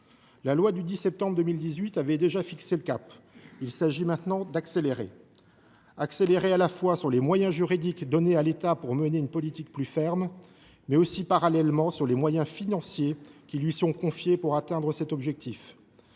La loi du 10 septembre 2018 avait déjà fixé le cap ; il s’agit maintenant d’accélérer, à la fois sur les moyens juridiques donnés à l’État pour mener une politique plus ferme, mais aussi, en parallèle, sur les moyens financiers qui lui sont confiés pour atteindre cet objectif.